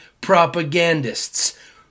propagandists